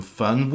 fun